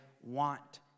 want